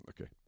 Okay